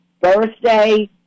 Birthday